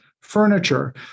furniture